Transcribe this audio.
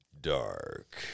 dark